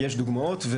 יש דוגמאות.